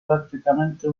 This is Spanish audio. prácticamente